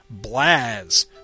Blaz